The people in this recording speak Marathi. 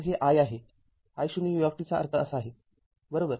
तर हे i आहे i0 ut चा अर्थ असा आहे बरोबर